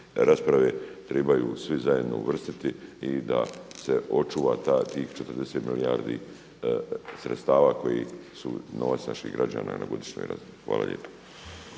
rasprave trebaju svi zajedno uvrstiti i da se očuva tih 40 milijardi kuna, sredstava koji su novac naših građana na godišnjoj razini. Hvala lijepa.